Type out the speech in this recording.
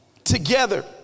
Together